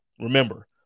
Remember